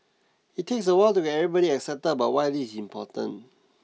it takes a while to get everybody excited about why this is important